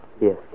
Yes